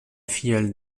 filleule